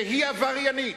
שהיא עבריינית,